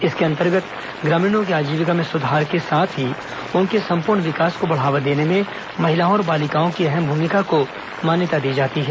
इसके अंतर्गत ग्रामीणों की आजीविका में सुधार के साथ ही उनके संपूर्ण विकास को बढ़ावा देने में महिलाओं और बालिकाओं की अहम भूमिका को मान्यता दी जाती है